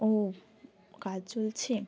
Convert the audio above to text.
ও কাজ চলছে